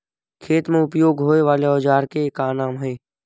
खेत मा उपयोग होए वाले औजार के का नाम हे?